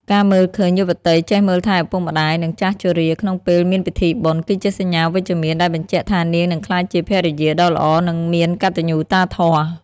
ការមើលឃើញយុវតីចេះមើលថែឪពុកម្ដាយ និងចាស់ជរាក្នុងពេលមានពិធីបុណ្យ គឺជាសញ្ញាវិជ្ជមានដែលបញ្ជាក់ថានាងនឹងក្លាយជាភរិយាដ៏ល្អ និងមានកតញ្ញូតាធម៌។